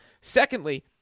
Secondly